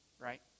Right